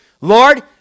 Lord